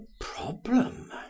problem